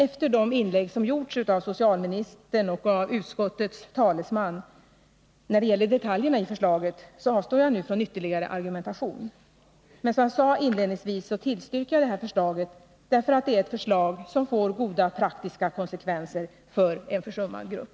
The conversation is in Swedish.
Efter de inlägg som gjorts av socialministern och av utskottets talesman när det gäller detaljerna i förslaget avstår jag nu från ytterligare argumentation. Som jag sade inledningsvis tillstyrker jag det här förslaget, därför att det är ett förslag som får goda praktiska konsekvenser för en försummad grupp.